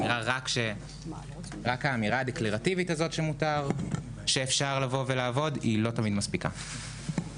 רק האמירה הדקלרטיבית הזו שמותר ואפשר לעבוד לא תמיד מספיקה.